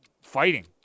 fighting